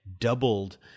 doubled